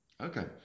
Okay